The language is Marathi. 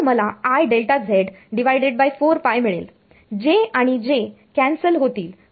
तर मला IΔz4π मिळेल j आणि j कॅन्सल होतील